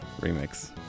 remix